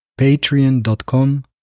patreon.com